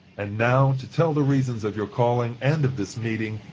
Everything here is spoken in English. and now, to tell the reasons of your calling and of this meeting,